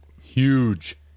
Huge